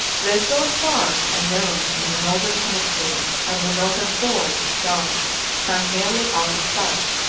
they saw stars unknown in the northern hemisphere, and the northern pole star sank nearly out of sight.